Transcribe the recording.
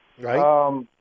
Right